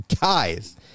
Guys